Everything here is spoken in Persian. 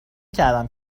کردم